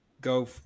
go